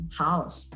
house